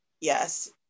yes